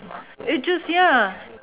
it just ya